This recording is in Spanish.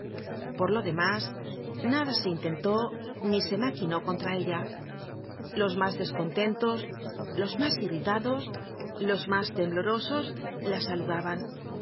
por lo demás nada se intentó ni se maquinó contra ella los mas descontentos los mas irritados los mas temblorosos la saludaban